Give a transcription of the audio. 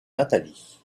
nathalie